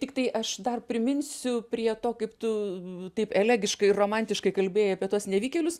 tiktai aš dar priminsiu prie to kaip tu taip elegiškai ir romantiškai kalbėjai apie tuos nevykėlius